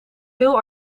veel